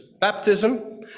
baptism